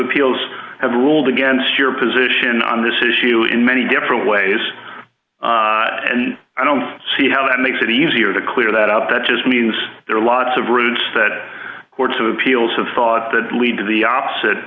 peals have ruled against your position on this issue in many different ways and i don't see how that makes it easier to clear that up that just means there are lots of routes that courts of appeals have fought that lead to the opposite